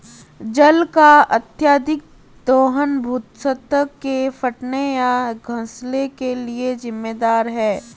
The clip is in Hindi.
जल का अत्यधिक दोहन भू सतह के फटने या धँसने के लिये जिम्मेदार है